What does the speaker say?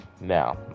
Now